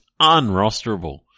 unrosterable